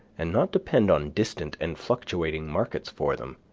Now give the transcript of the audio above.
and not depend on distant and fluctuating markets for them.